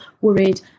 worried